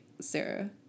Sarah